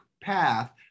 path